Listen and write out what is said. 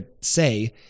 say